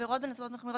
עבירות בנסיבות מחמירות,